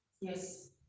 Yes